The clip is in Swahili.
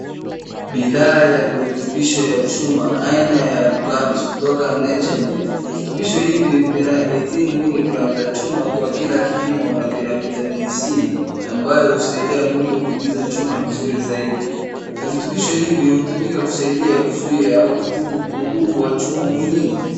Bidhaa ya virutubisho ya chuma aina ya Gummies kutoka Nature Made. Virutubisho hivi vina eighteen miligram za chuma kwa kila kipimo na vina l vitamin C ambayo husaidia mwili kuingiza chuma vizuri zaidi. Virutubisho hivi hutumika kusaidia kuzuia au kutibu upungufu wa chuma mwilini.